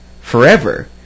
forever